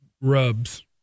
rubs